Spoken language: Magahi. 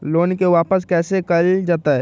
लोन के वापस कैसे कैल जतय?